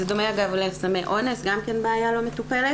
אגב, זה דומה לסמי אונס, גם כן בעיה לא מטופלת.